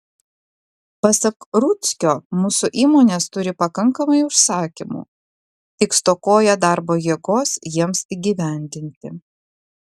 pasak rudzkio mūsų įmonės turi pakankamai užsakymų tik stokoja darbo jėgos jiems įgyvendinti